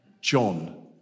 John